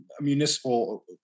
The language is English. municipal